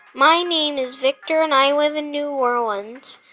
my name is victor, and i live in new orleans.